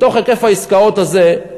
מתוך היקף העסקאות הזה,